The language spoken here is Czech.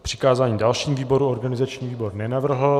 Přikázání dalšímu výboru organizační výbor nenavrhl.